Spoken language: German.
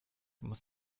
muss